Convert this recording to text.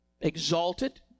exalted